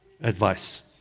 advice